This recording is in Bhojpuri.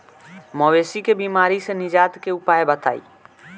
मवेशी के बिमारी से निजात के उपाय बताई?